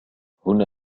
هنا